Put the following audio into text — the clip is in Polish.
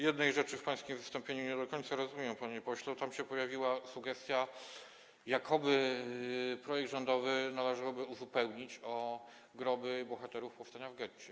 Jednej rzeczy w pańskim wystąpieniu nie do końca rozumiem, panie pośle, bo tam się pojawiła sugestia, jakoby projekt rządowy należało uzupełnić o groby bohaterów powstania w getcie.